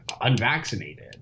unvaccinated